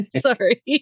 Sorry